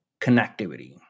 connectivity